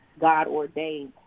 God-ordained